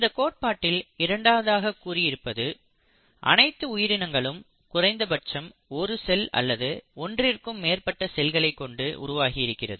இந்த கோட்பாட்டில் இரண்டாவதாக கூறியிருப்பது அனைத்து உயிரினங்களும் குறைந்தபட்சம் ஒரு செல் அல்லது ஒன்றிற்கும் மேற்பட்ட செல்களைக் கொண்டு உருவாகி இருக்கிறது